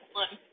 one